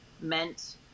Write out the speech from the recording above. meant